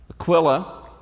Aquila